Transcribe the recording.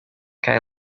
guy